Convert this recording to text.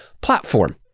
platform